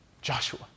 Joshua